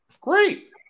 Great